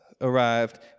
arrived